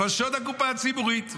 אבל שוד הקופה הציבורית.